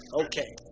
Okay